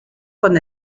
con